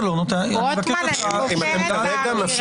למה אתה לא נותן --- אתם כרגע מפריעים